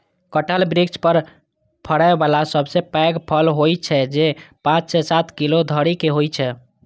कटहल वृक्ष पर फड़ै बला सबसं पैघ फल होइ छै, जे पांच सं सात किलो धरि के होइ छै